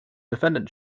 defendant